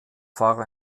fahrer